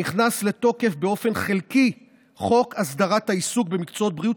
נכנס לתוקף באופן חלקי חוק הסדרת העיסוק במקצועות בריאות,